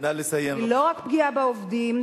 היא לא רק פגיעה בעובדים,